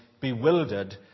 bewildered